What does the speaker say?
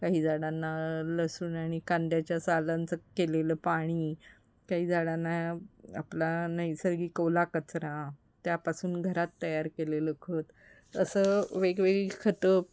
काही झाडांना लसूण आणि कांद्याच्या सालांचं केलेलं पाणी काही झाडांना आपला नैसर्गिक ओला कचरा त्यापासून घरात तयार केलेलं खत असं वेगवेगळी खतं